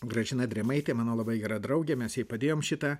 gražina drėmaitė mano labai gera draugė mes padėjom šitą